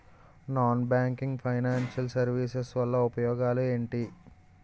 Non banking financial services వల్ల ఉపయోగాలు ఎంటి?